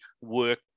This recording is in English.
work